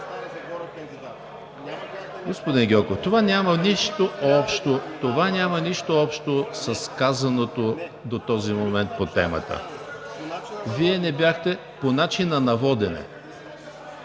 Господин Гьоков, това няма нищо общо с казаното до този момент по темата. Ще Ви дам думата по начина на водене,